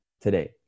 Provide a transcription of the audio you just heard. today